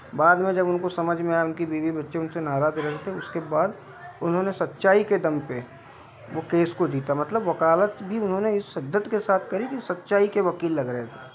बाद में जब उनको समझ में आया उनके बीवी बच्चे उनसे नाराज रहते उसके बाद उन्होंने सच्चाई के दम पे वो केस को जीता मतलब वकालत भी उन्होंने इस सिद्दत के साथ करी कि सच्चाई के वकील लग रहे थे